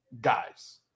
Guys